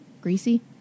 greasy